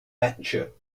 etcher